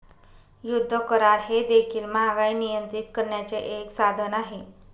युद्ध करार हे देखील महागाई नियंत्रित करण्याचे एक साधन आहे